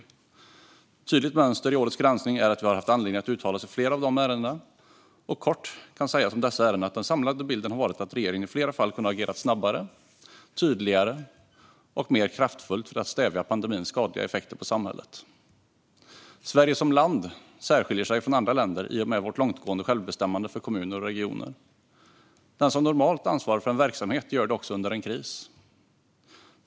Ett tydligt mönster i årets granskning är att vi har haft anledning att uttala oss om flera av dessa ärenden. Kortfattat kan sägas om dessa ärenden att den samlade bilden har varit att regeringen i flera fall kunde ha agerat snabbare, tydligare och mer kraftfullt för att stävja pandemins skadliga effekter på samhället. Sverige som land särskiljer sig från andra länder i och med vårt långtgående självbestämmande för kommuner och regioner. Den som normalt ansvarar för en verksamhet gör det också under en kris.